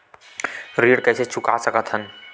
ऋण कइसे चुका सकत हन?